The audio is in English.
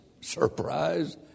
surprise